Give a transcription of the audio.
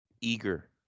Eager